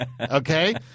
okay